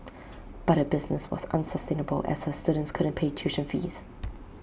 but her business was unsustainable as her students couldn't pay tuition fees